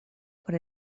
por